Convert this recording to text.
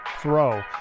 throw